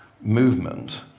movement